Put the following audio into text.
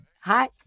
Hi